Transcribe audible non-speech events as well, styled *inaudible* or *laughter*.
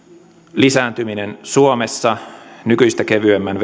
lisääntyminen suomessa nykyistä kevyemmän *unintelligible*